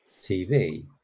tv